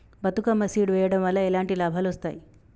Bathukamma seed వెయ్యడం వల్ల ఎలాంటి లాభాలు వస్తాయి?